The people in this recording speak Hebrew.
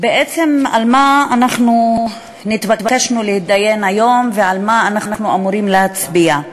בעצם על מה נתבקשנו להתדיין היום ועל מה אנחנו אמורים להצביע?